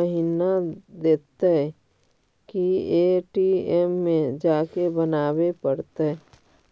महिना देतै कि ए.टी.एम में जाके बना बे पड़तै?